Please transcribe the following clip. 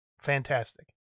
fantastic